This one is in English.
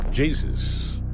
Jesus